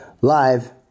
Live